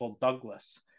Douglas